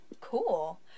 Cool